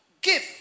give